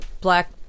Black